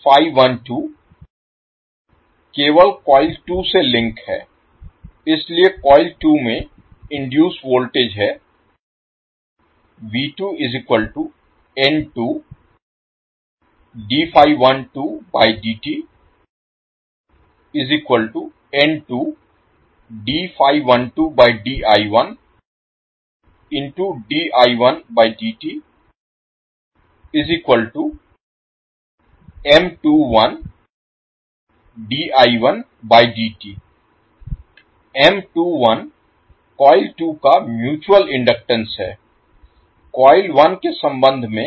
flux केवल coil 2 से link है इसलिए कॉइल 2 में इनडुइस वोल्टेज है कॉइल 2 का म्यूच्यूअल इनडक्टेंस है कॉइल 1 के संबंध में